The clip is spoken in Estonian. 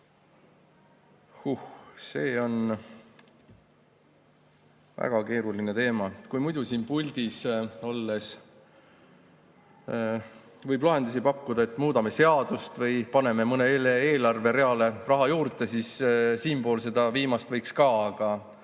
see on väga keeruline teema! Kui muidu siin puldis olles võib lahendusi pakkuda, et muudame seadust või paneme mõnele eelarvereale raha juurde, siis siinpool seda viimast võiks ka, aga